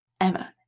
Emma